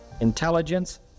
intelligence